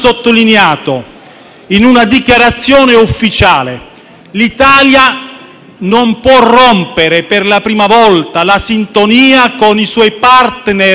in una dichiarazione ufficiale, l'Italia non può rompere, per la prima volta, la sintonia con i suoi *partner* europei